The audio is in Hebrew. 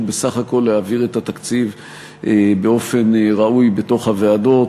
בסך הכול להעביר את התקציב באופן ראוי בתוך הוועדות,